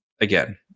again